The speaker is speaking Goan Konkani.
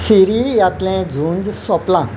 सिरीयांतलें झूंज सोंपला